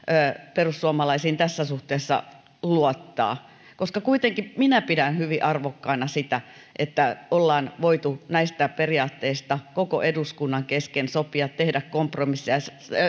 perussuomalaisiin tässä suhteessa luottaa nimittäin kuitenkin minä pidän hyvin arvokkaana sitä että ollaan voitu näistä periaatteista koko eduskunnan kesken sopia tehdä kompromisseja